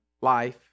life